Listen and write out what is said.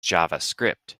javascript